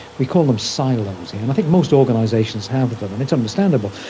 we call them silos here and i think most organisations have them, and it's understandable.